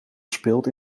speelt